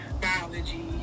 biology